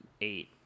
eight